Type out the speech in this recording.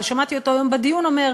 אבל שמעתי אותו היום בדיון אומר,